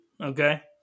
Okay